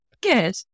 Good